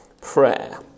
prayer